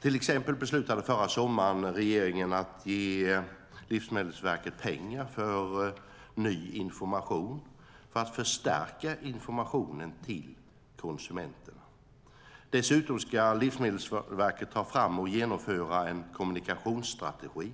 Förra sommaren beslutade regeringen att ge Livsmedelsverket pengar för ny information för att förstärka informationen till konsumenten. Livsmedelsverket ska dessutom ta fram och genomföra en kommunikationsstrategi.